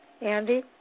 Andy